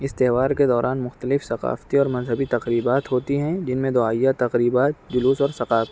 اس تہوار کے دوران مختلف ثقافتی اور مذہبی تقریبات ہوتی ہیں جن میں دعائیہ تقریبات جلوس اور ثقافت